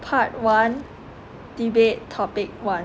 part one debate topic one